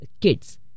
kids